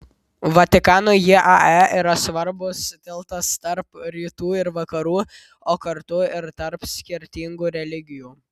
vatikanui jae yra svarbus tiltas tarp rytų ir vakarų o kartu ir tarp skirtingų religijų